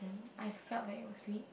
I felt that it was sweet